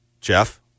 Jeff